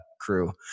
crew